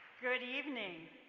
good evening